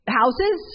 houses